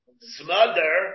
smother